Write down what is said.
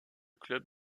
club